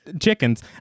Chickens